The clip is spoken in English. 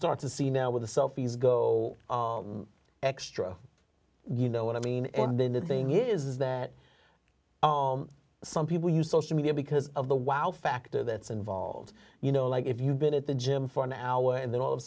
start to see now with the selfies go extra you know what i mean and then the thing is that some people use social media because of the wow factor that's involved you know like if you've been at the gym for an hour and then all of